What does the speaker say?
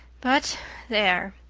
but there!